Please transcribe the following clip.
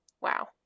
wow